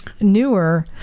newer